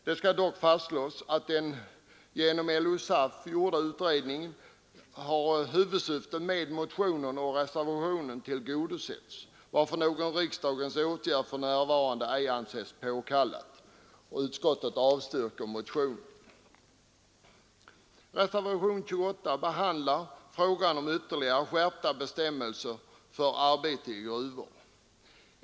Det skall dock fastslås att genom den av LO-SAF gjorda utredningen har huvudsyftet med motionen och reservationen tillgodosetts, varför någon riksdagens åtgärd inte anses påkallad för närvarande. Utskottet avstyrker därför såväl motionen som reservationen. Reservationen 28 behandlar frågan om ytterligare skärpta bestämmelser för arbete i gruvor.